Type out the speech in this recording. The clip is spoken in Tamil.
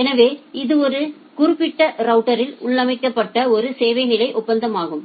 எனவே இது ஒரு குறிப்பிட்ட ரவுட்டரில் உள்ளமைக்கப்பட்ட ஒரு சேவை நிலை ஒப்பந்தமாகும்